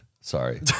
Sorry